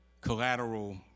Collateral